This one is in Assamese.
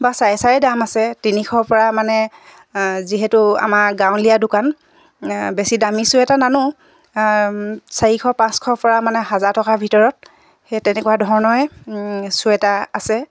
বা চায়ে চায়ে দাম আছে তিনিশৰপৰা মানে যিহেতু আমাৰ গাঁৱলীয়া দোকান বেছি দামী চুৱেটাৰ নানো চাৰিশ পাঁচশৰপৰা মানে হাজাৰ টকাৰ ভিতৰত সেই তেনেকুৱা ধৰণেৰে চুৱেটাৰ আছে